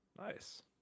Nice